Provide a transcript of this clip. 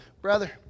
Brother